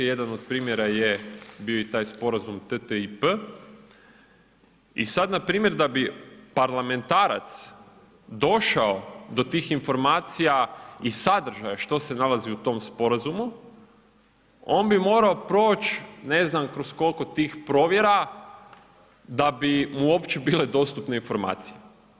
Jedan od primjera je bio i taj Sporazum TTIP i sada npr. da bi parlamentarac došao do tih informacija i sadržaja što se nalazi u tom sporazumu, on bi morao proć ne znam kroz koliko tih provjera da bi mu uopće bile dostupne informacije.